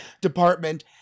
department